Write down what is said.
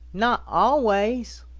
not always,